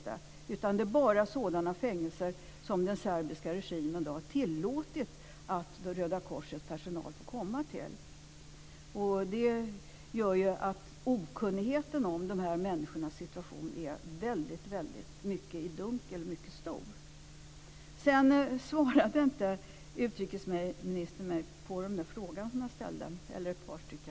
Det är bara sådana fängelser som den serbiska regimen har tillåtit Röda korsets personal att komma till. Det gör att okunnigheten om dessa människors situation är väldigt stor. Utrikesministern svarade mig inte på de frågor som jag ställde.